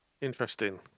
Interesting